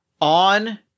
on –